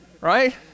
Right